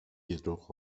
jedoch